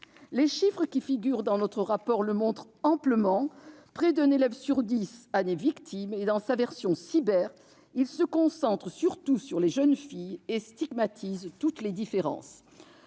Les chiffres qui figurent dans notre rapport le montrent en détail : près d'un élève sur dix en est victime ; dans sa version « cyber », il se concentre surtout sur les jeunes filles et stigmatise toutes les différences.